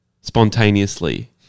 spontaneously